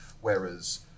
whereas